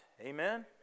Amen